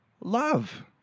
love